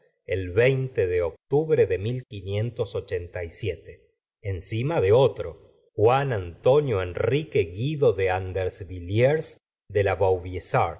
el de octubre de encima de otro juan antonio enrique guido de andersviliiers de la